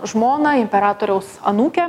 žmoną imperatoriaus anūkę